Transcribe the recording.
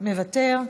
מוותר,